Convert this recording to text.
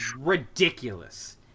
ridiculous